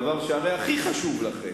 הדבר שהכי חשוב לכם,